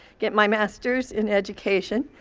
get my master's in education,